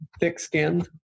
thick-skinned